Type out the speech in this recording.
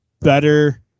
better